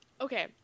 Okay